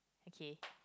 okay